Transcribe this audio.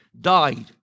died